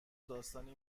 داستانی